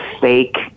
fake